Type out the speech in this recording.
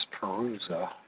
perusa